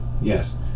Yes